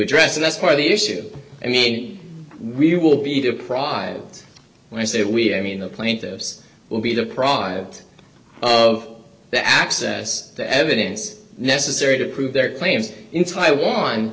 address and that's why the issue i mean we will be deprived when i say we i mean the plaintiffs will be deprived of their access to evidence necessary to prove their claims in taiwan